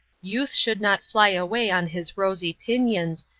youth should not fly away on his rosy pinions,